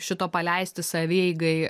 šito paleisti savieigai